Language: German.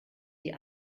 die